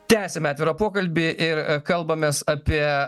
tęsime atvirą pokalbį ir kalbamės apie